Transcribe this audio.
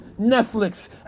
Netflix